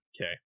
Okay